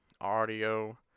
audio